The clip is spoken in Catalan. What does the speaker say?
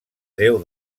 déu